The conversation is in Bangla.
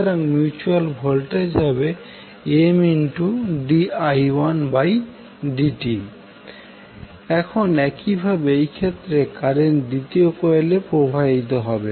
সুতরাং মিউচুয়াল ভোল্টেজ হবে Mdi1dt এখন একইভাবে এই ক্ষেত্রে কারেন্ট দ্বিতীয় কয়েলে প্রবাহিত হবে